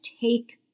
take